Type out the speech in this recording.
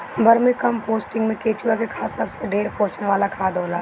vermi composting में केचुआ के खाद सबसे ढेर पोषण वाला खाद होला